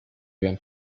habían